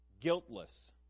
guiltless